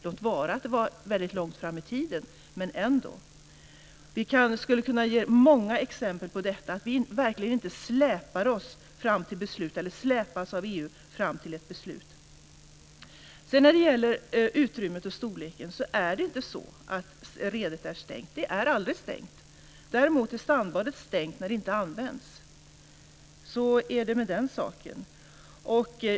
Låt vara att det är väldigt långt fram i tiden, men ändå. Vi skulle kunna ge många exempel på att vi verkligen inte släpas av EU fram till ett beslut. När det gäller utrymmet och storleken är det inte så att redet är stängt. Det är aldrig stängt. Däremot är sandbadet stängt när det inte används. Så är det med saken.